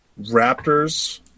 Raptors